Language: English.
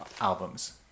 albums